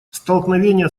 столкновение